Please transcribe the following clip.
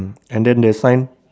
and then the sign